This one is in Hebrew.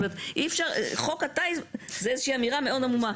אי אפשר, חוק הטיס זה איזה שהיא אמירה מאוד עמומה.